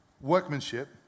workmanship